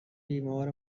بیمار